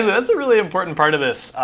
that's a really important part of this.